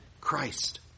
Christ